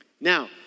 Now